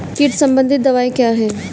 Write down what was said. कीट संबंधित दवाएँ क्या हैं?